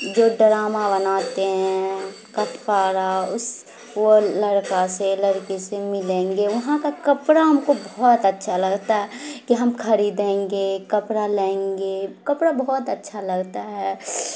جو ڈرامہ بناتے ہیں کٹکارہ اس وہ لڑکا سے لڑکی سے ملیں گے وہاں کا کپڑا ہم کو بہت اچھا لگتا ہے کہ ہم خریدیں گے کپڑا لیں گے کپڑا بہت اچھا لگتا ہے